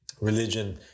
religion